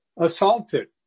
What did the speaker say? assaulted